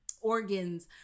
organs